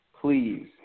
please